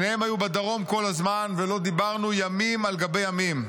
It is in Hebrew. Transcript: שניהם היו בדרום כל הזמן ולא דיברנו ימים על גבי ימים.